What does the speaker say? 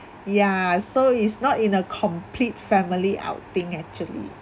ya so it's not in a complete family outing actually